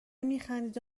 میخندید